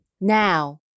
now